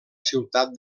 ciutat